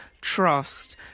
trust